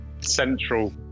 central